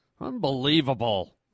Unbelievable